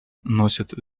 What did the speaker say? носят